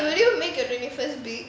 wait will you make a twenty first big